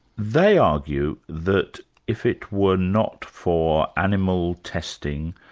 they argue that if it were not for animal testing,